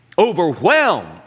Overwhelmed